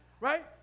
right